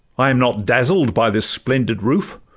i am not dazzled by this splendid roof,